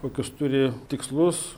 kokius turi tikslus